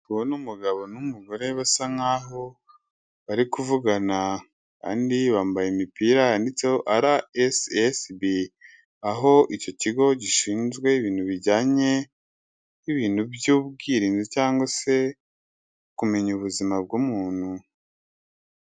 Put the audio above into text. Ndi kubona umugabo n'umugore basa nk'aho bari kuvugana, kandi bambaye imipira yanditseho RSSB, aho icyo kigo gishinzwe ibintu bijyanye n'ibintu by'ubwirinzi cyangwa se kumenya ubuzima bw'umuntu.